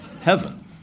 heaven